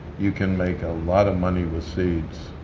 you can make a lot of money with seeds.